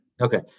okay